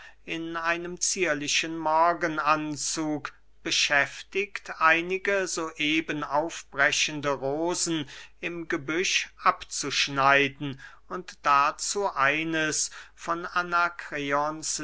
in einem zierlichen morgenanzug beschäftigt einige so eben aufbrechende rosen im gebüsch abzuschneiden und dazu eines von